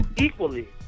Equally